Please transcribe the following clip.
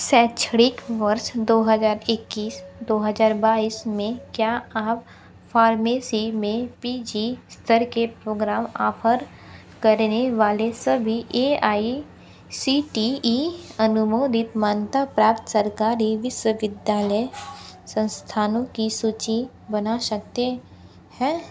शैक्षणिक वर्ष दो हज़ार इक्कीस दो हज़ार बाईस में क्या आप फारमेसी में पी जी स्तर के प्रोग्राम आफर करने वाले सभी A I C T E अनुमोदित मन्ता प्राप्त सरकारी विश्वविद्यालय संस्थानों की सूची बना सकते हैं